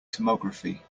tomography